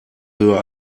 höher